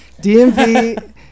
DMV